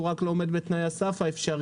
הוא רק לא עומד בתנאי הסף האפשריים,